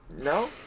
No